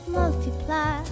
multiply